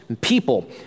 people